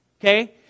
Okay